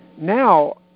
Now